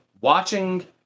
watching